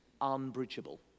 unbridgeable